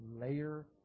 layer